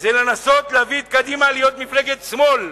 זה לנסות להביא את קדימה להיות מפלגת שמאל.